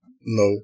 No